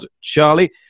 Charlie